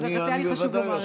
אבל היה לי חשוב לומר את זה.